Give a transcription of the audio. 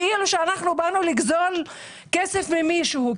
כאילו שאנחנו באנו לגזול כסף ממישהו.